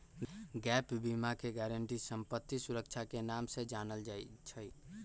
gap बीमा के guarantee संपत्ति सुरक्षा के नाम से जानल जाई छई